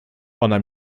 ona